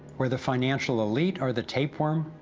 where the financial elite are the tapeworm,